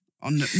on